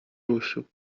ruszył